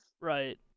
Right